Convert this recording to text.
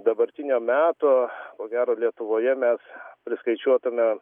dabartinio meto ko gero lietuvoje mes priskaičiuotume